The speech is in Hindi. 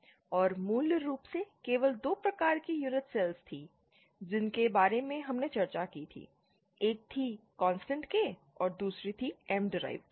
और मूल रूप से केवल 2 प्रकार की यूनिट सेल्स थीं जिनके बारे में हमने चर्चा की थी एक थी कोनस्टैंट K और दूसरी थी M डीराइव्ड